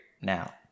now